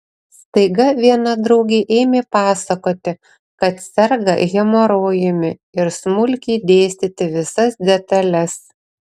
staiga viena draugė ėmė pasakoti kad serga hemorojumi ir smulkiai dėstyti visas detales